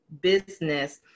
business